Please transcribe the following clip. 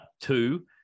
Two